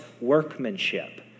workmanship